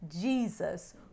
Jesus